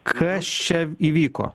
kas čia įvyko